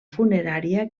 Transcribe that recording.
funerària